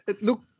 look